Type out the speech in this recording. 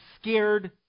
scared